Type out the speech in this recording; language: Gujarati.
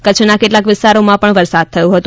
કચ્છના કેટલાક વિસ્તારોમાં પણ વરસાદ થયો હતો